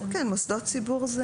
כן, מוסדות ציבור.